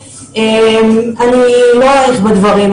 אני לא אאריך בדברים,